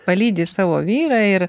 palydi savo vyrą ir